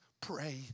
pray